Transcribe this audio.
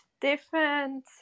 different